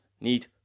need